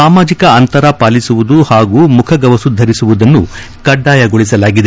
ಸಾಮಾಜಿಕ ಅಂತರ ಪಾಲಿಸುವುದು ಹಾಗೂ ಮುಖಗವಸು ಧರಿಸುವುದನ್ನು ಕಡ್ಗಾಯಗೊಳಿಸಲಾಗಿದೆ